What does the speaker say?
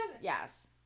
Yes